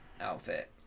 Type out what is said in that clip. outfit